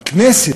הכנסת,